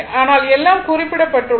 ஆனால் எல்லாம் குறிக்கப்பட்டுள்ளது